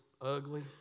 Ugly